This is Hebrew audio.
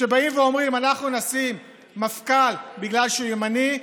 שאומרים: אנחנו נשים מפכ"ל בגלל שהוא ימני,